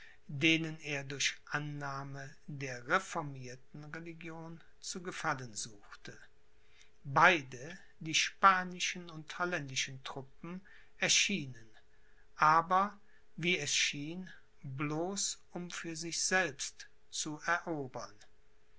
denen er durch annahme der reformierten religion zu gefallen suchte beide die spanischen und holländischen truppen erschienen aber wie es schien bloß um für sich selbst zu erobern